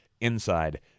inside